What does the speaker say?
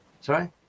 Sorry